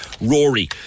Rory